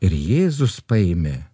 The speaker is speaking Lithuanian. ir jėzus paėmė